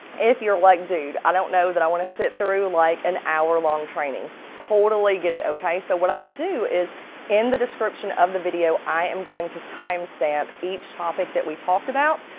if you're like dude i don't know that i want to sit through like an hour long training. totally get it, okay? so what i'm going to do is in the description of the video i am going to timestamp each topic that we talked about.